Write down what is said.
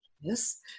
yes